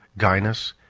gainas,